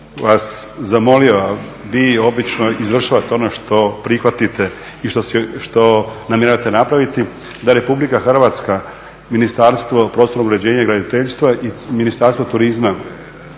vas zamolio, vi obično izvršavate ono što prihvatite i što namjeravate napraviti, da Republika Hrvatska, Ministarstvo prostornog uređenja i graditeljstva i Ministarstvo turizma